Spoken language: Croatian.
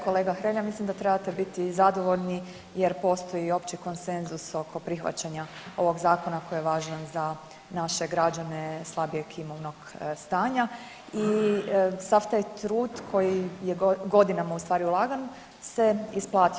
Kolega Hrelja mislim da trebate biti zadovoljni jer postoji opći konsenzus oko prihvaćanja ovog Zakona koji je važan za naše građane slabijeg imovnog stanja i sav taj trud koji je godinama ustvari ulagan se isplatio.